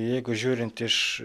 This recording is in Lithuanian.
jeigu žiūrint iš